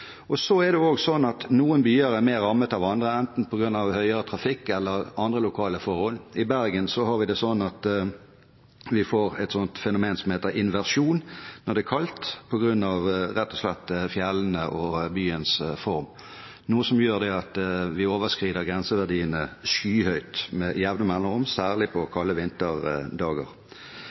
Så er det også slik at noen byer er mer rammet enn andre, på grunn av enten høyere trafikk eller andre lokale forhold. I Bergen får vi et fenomen som heter inversjon, når det er kaldt, rett og slett på grunn av fjellene og byens form, noe som gjør at vi overskrider grenseverdiene skyhøyt med jevne mellomrom, særlig på kalde vinterdager.